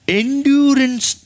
endurance